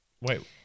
Wait